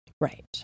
Right